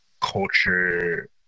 culture